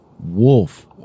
wolf